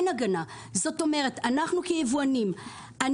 אנחנו כיבואנים,